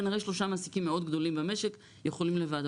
כנראה שלושה מעסיקים מאוד גדולים במשק יכולים לבד,